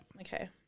Okay